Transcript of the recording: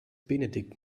benedikt